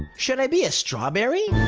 should i be a strawberry?